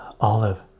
Olive